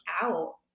out